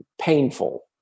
painful